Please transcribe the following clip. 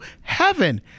heaven